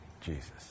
Jesus